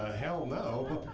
ah hell no.